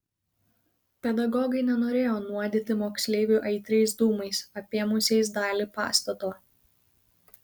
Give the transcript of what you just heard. pedagogai nenorėjo nuodyti moksleivių aitriais dūmais apėmusiais dalį pastato